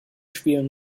spielen